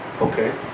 Okay